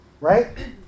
Right